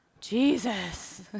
Jesus